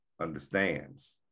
understands